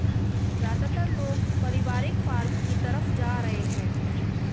ज्यादातर लोग पारिवारिक फॉर्म की तरफ जा रहै है